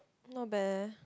not bad leh